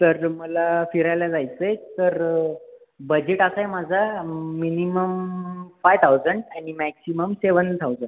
sir मला फिरायला जायचं आहे तर बजेट असा आहे माझा मिनिमम फाय थाउजंड आणि मॅक्सिमम सेव्हन थाउजंड